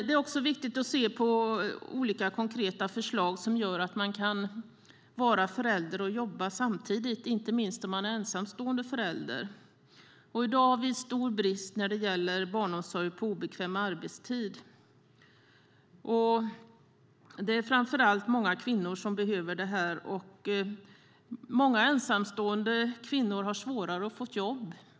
Det är också viktigt att se på olika konkreta förslag som gör att man både kan vara förälder och jobba. Det gäller inte minst ensamstående föräldrar. I dag har vi stor brist när det gäller barnomsorg på obekväm arbetstid. Det är framför allt kvinnor som behöver detta. Många ensamstående kvinnor har svårare att få jobb.